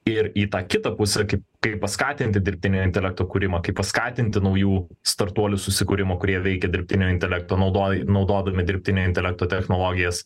ir į tą kitą pusę kaip kaip paskatinti dirbtinio intelekto kūrimą kaip paskatinti naujų startuolių susikūrimo kurie veikia dirbtinio intelekto naudoja naudodami dirbtinio intelekto technologijas